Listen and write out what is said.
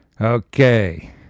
Okay